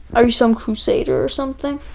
are you some crusader or something?